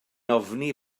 ofni